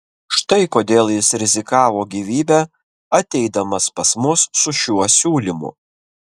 štai kodėl jis rizikavo gyvybe ateidamas pas mus su šiuo siūlymu